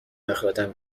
اخراجم